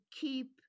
keep